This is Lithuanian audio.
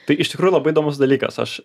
tai iš tikrųjų labai įdomus dalykas aš